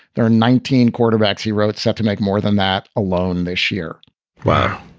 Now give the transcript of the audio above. there are nineteen quarterbacks, he wrote, set to make more than that alone this year wow,